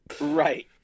Right